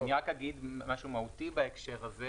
אני אגיד משהו מהותי בהקשר הזה: